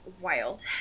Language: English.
wild